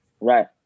right